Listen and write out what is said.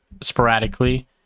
sporadically